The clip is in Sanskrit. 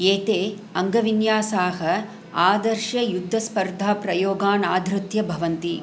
एते अङ्गविन्यासाः आदर्श युद्धस्पर्धा प्रयोगान् आधृत्य भवन्ति